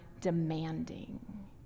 demanding